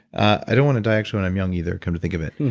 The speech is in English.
i don't want to die actually when i'm young either come to think of it.